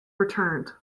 returned